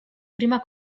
prima